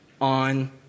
on